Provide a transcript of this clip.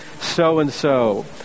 so-and-so